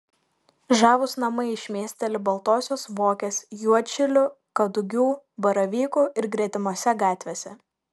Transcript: žavūs namai šmėsteli baltosios vokės juodšilių kadugių baravykų ir gretimose gatvėse